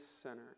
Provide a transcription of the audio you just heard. center